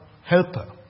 helper